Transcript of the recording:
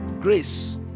grace